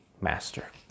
master